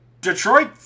Detroit